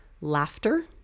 laughter